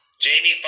Jamie